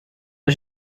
ich